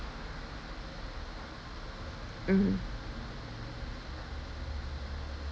mm